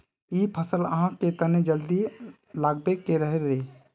इ फसल आहाँ के तने जल्दी लागबे के रहे रे?